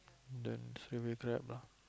then straight away Grab lah